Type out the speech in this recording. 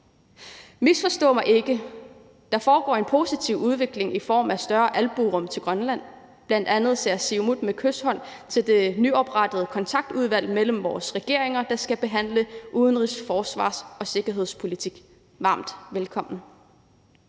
Misforstå mig ikke: Der foregår en positiv udvikling i form af større albuerum til Grønland. Bl.a. tager Siumut med kyshånd imod det nyoprettede kontaktudvalg mellem vores regeringer, der skal behandle udenrigs-, forsvars- og sikkerhedspolitik, og byder